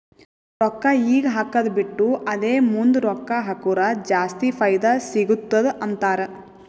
ರೊಕ್ಕಾ ಈಗ ಹಾಕ್ಕದು ಬಿಟ್ಟು ಅದೇ ಮುಂದ್ ರೊಕ್ಕಾ ಹಕುರ್ ಜಾಸ್ತಿ ಫೈದಾ ಸಿಗತ್ತುದ ಅಂತಾರ್